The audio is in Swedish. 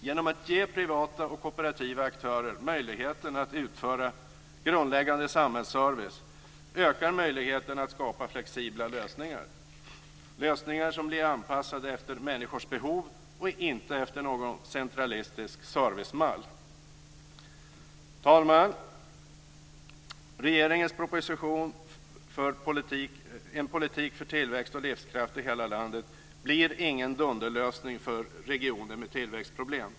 Genom att ge privata och kooperativa aktörer möjlighet att utföra grundläggande samhällsservice ökar möjligheterna att skapa flexibla lösningar, lösningar som blir anpassade efter människors behov och inte efter någon centralistisk servicemall. Fru talman! Regeringens proposition En politik för tillväxt och livskraft i hela landet blir ingen dunderlösning för regioner med tillväxtproblem.